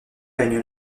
gagne